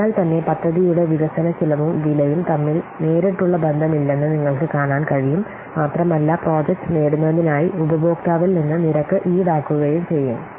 അതിനാൽത്തന്നെ പദ്ധതിയുടെ വികസന ചെലവും വിലയും തമ്മിൽ നേരിട്ടുള്ള ബന്ധമില്ലെന്ന് നിങ്ങൾക്ക് കാണാൻ കഴിയും മാത്രമല്ല പ്രോജക്റ്റ് നേടുന്നതിനായി ഉപഭോക്താവിൽ നിന്ന് നിരക്ക് ഈടാക്കുകയും ചെയ്യും